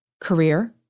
career